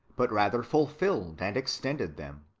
but rather fulfilled and extended them.